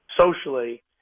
socially